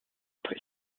pré